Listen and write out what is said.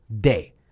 day